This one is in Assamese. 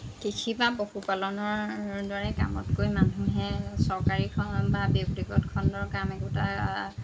কৃষি বা পশুপালনৰ দৰে কামতকৈ মানুহে চৰকাৰী খণ্ড বা ব্যক্তিগত খণ্ডৰ কাম একোটা